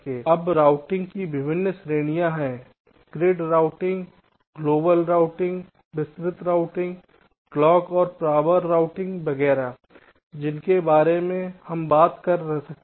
अब राउटिंग की विभिन्न श्रेणियां हैं ग्रिड रूटिंग ग्लोबल रूटिंग विस्तृत रूटिंग क्लॉक और पावर रूटिंग वगैरह जिनके बारे में हम बात कर सकते हैं